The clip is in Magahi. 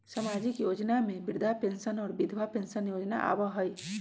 सामाजिक योजना में वृद्धा पेंसन और विधवा पेंसन योजना आबह ई?